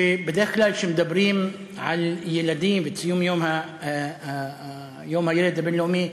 שבדרך כלל כשמדברים על ילדים ומציינים את יום הילד הבין-לאומי